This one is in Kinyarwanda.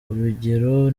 urugero